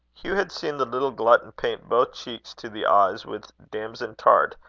hugh had seen the little glutton paint both cheeks to the eyes with damson tart,